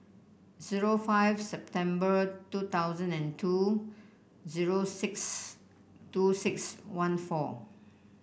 zero five September two thousand and two zero six two six one four